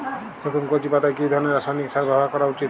নতুন কচি পাতায় কি ধরণের রাসায়নিক সার ব্যবহার করা উচিৎ?